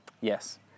Yes